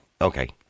Okay